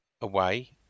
away